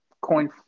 coin